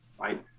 Right